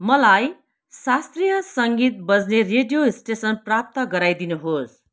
मलाई शास्त्रीय सङ्गीत बज्ने रेडियो स्टेसन प्राप्त गराइदिनुहोस्